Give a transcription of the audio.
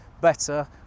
better